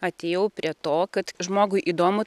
atėjau prie to kad žmogui įdomu